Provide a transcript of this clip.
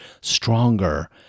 stronger